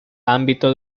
ámbito